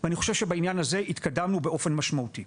ואני חושב שבעניין הזה התקדמנו באופן משמעותי.